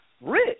rich